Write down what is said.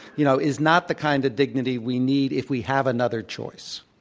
you know, is not the kind of dignity we need if we have another choice.